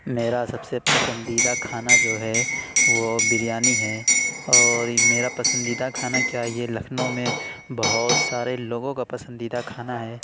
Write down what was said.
میرا سب سے پسندیدہ کھانا جو ہے وہ بریانی ہے اور میرا پسندیدہ کھانا کیا ہے یہ لکھنؤ میں بہت سارے لوگوں کا پسندیدہ کھانا ہے